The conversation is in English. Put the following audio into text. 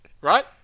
right